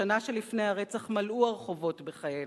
בשנה שלפני הרצח מלאו הרחובות בכאלה: